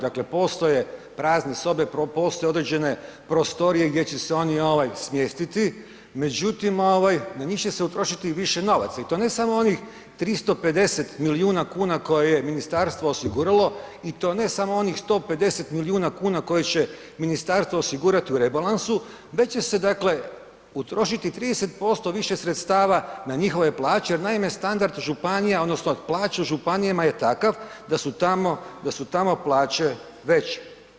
Dakle postoje prazne sobe, postoje određene prostorije gdje će se oni ovaj smjestiti međutim ovaj na njih će se utrošiti više novaca i to ne samo onih 350 milijuna kuna koje je Ministarstvo osiguralo i to ne samo onih 150 milijuna kuna koje će ministarstvo osigurati u rebalansu već će se dakle utrošiti 30% više sredstava na njihove plaće jer naime standard županija odnosno plaća u županijama je takav da su tamo plaće veće.